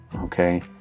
Okay